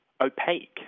opaque